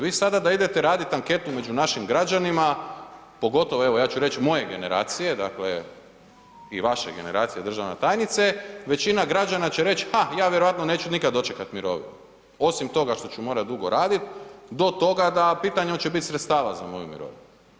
Vi sada da idete raditi anketu među našim građanima pogotovo evo ja ću reći moje generacije, dakle i vaše generacije državna tajnice većina građana će reći, ha ja vjerojatno neću nikada dočekati mirovinu, osim toga što ću morat dugo radit, do toga da pitanje oće biti sredstava za moju mirovinu.